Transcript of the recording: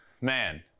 man